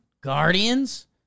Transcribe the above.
Guardians